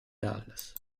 dallas